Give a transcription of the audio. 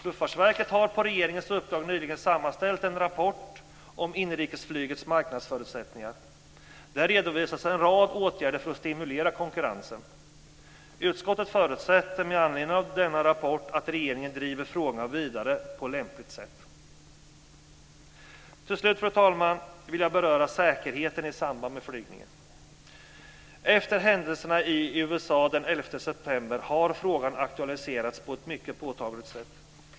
Luftfartsverket har på regeringens uppdrag nyligen sammanställt en rapport om inrikesflygets marknadsförutsättningar. Där redovisas en rad åtgärder för att stimulera konkurrensen. Utskottet förutsätter med anledning av denna rapport att regeringen driver frågan vidare på lämpligt sätt. Till slut, fru talman, vill jag beröra säkerheten i samband med flygning. Efter händelserna i USA den 11 september har frågan aktualiserats på ett mycket påtagligt sätt.